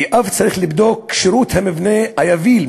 ואף צריך לבדוק את כשירות המבנה היביל,